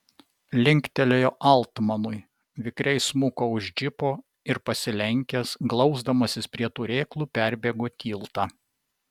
linktelėjo altmanui vikriai smuko už džipo ir pasilenkęs glausdamasis prie turėklų perbėgo tiltą